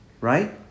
Right